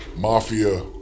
Mafia